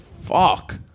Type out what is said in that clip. fuck